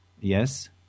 Yes